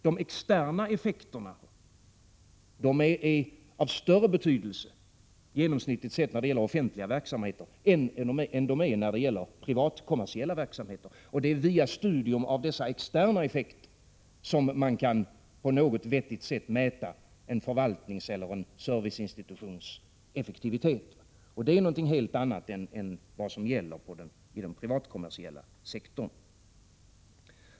De externa effekterna är genomsnittligt sett av större betydelse i offentliga verksamheter än i privatkommersiella verksamheter. Det är via studium av dessa externa effekter som man på ett någorlunda vettigt sätt kan mäta en förvaltnings eller en serviceinstitutions effektivitet, och det är någonting helt annat än vad som gäller på den privatkommersiella sektorn.